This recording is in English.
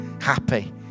happy